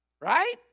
Right